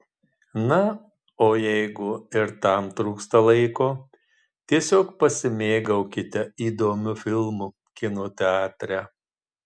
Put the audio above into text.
na o jeigu ir tam trūksta laiko tiesiog pasimėgaukite įdomiu filmu kino teatre